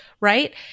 right